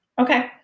okay